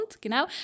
genau